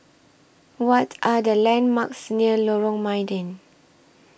What Are The landmarks near Lorong Mydin